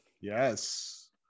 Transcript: Yes